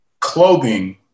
clothing